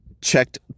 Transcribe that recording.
checked